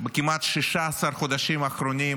בכמעט 16 חודשים האחרונים